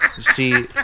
See